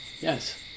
yes